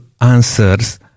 Answers